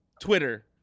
Twitter